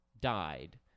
died